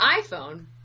iPhone